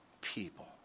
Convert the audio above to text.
people